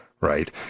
Right